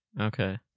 Okay